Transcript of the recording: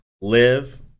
live